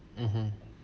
mmhmm